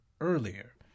Earlier